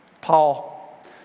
Paul